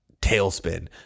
tailspin